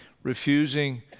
Refusing